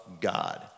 God